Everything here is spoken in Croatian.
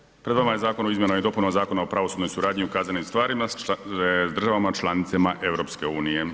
zastupnici, pred vama je Zakon o izmjenama i dopunama Zakona o pravosudnoj suradnji u kaznenim stvarima s državama članicama EU.